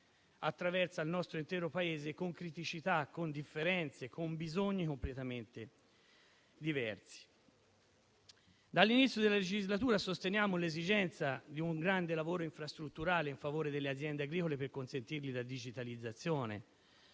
attraversa il nostro intero Paese con criticità, con differenze, con bisogni completamente diversi. Dall'inizio della legislatura sosteniamo l'esigenza di un grande lavoro infrastrutturale in favore delle aziende agricole, per consentire la digitalizzazione.